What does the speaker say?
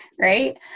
Right